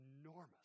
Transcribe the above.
enormous